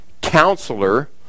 counselor